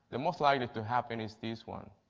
the most likely to happen is this one.